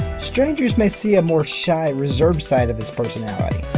strangers may see a more shy, reserved side of this personality.